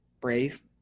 Brave